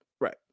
right